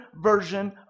version